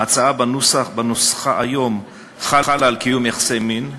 ההצעה בנוסחה היום חלה על "קיום יחסי מין".